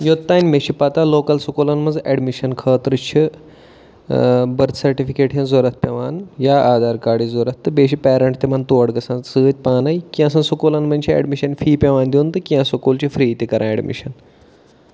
یوٚتام مےٚ چھِ پَتہ لوکَل سکوٗلَن منٛز اٮ۪ڈمِشَن خٲطرٕ چھِ بٔرٕتھ سٔٹِفِکیٹ ہِنٛز ضوٚرَتھ پٮ۪وان یا آدھار کاڈٕچ ضوٚرَتھ تہٕ بیٚیہِ چھِ پیرَنٛٹ تِمَن تور گَژھان سۭتۍ پانَے کینٛژھَن سکوٗلَن منٛز چھِ ایڈمِشَن فی پٮ۪وان دیُن تہٕ کینٛہہ سکوٗل چھِ فِرٛی تہِ کَران اٮ۪ڈمِشَن